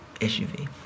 SUV